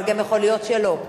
אבל גם יכול להיות שלא.